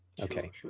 okay